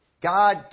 God